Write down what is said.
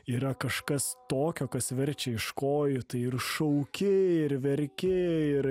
yra kažkas tokio kas verčia iš kojų tai ir šauki ir verki ir